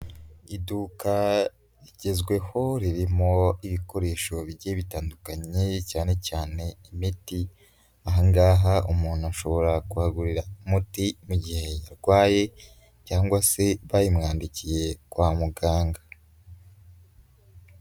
Iduka rigezweho ririmo ibikoresho bigiye bitandukanye cyanecyane imiti. Aha ngaha umuntu ashobora kuhagurira umuti mu gihe yarwaye cyangwa se bayimwandikiye kwa muganga.